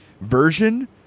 version